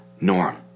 Norm